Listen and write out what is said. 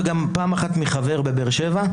וגם פעם אחת מחבר בבאר שבע,